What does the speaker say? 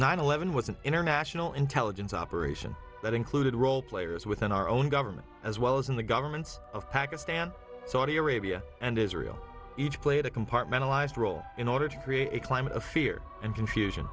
nine eleven was an international intelligence operation that included role players within our own government as well as in the governments of pakistan saudi arabia and israel each played a compartmentalise role in order to create a climate of fear and confusion